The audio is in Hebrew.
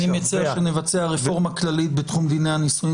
אני מציע שנבצע רפורמה כללית בתחום דיני הנישואים